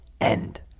end